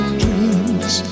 dreams